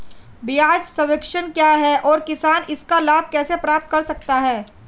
ब्याज सबवेंशन क्या है और किसान इसका लाभ कैसे प्राप्त कर सकता है?